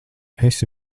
esi